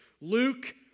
Luke